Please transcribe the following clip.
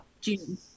june